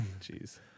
Jeez